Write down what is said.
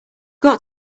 got